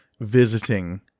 Visiting